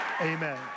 amen